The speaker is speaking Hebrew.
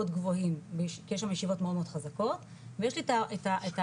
גבוהים כי יש שם ישיבות מאוד חזקות ויש לי את האחרים.